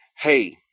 hey